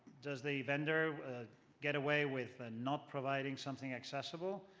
does the vendor get away with and not providing something accessible?